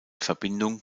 verbindung